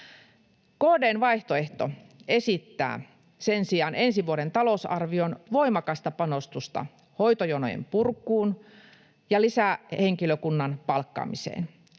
KD:n vaihtoehto esittää sen sijaan ensi vuoden talousarvioon voimakasta panostusta hoitojonojen purkuun ja lisähenkilökunnan palkkaamiseen.